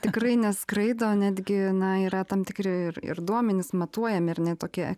tikrai neskraido netgi na yra tam tikri ir ir duomenys matuojami ar ne tokie